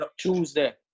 Tuesday